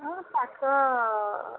ହଁ